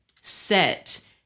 set